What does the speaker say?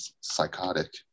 psychotic